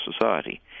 society